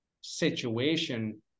situation